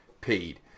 paid